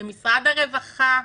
במשרד הרווחה,